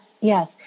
yes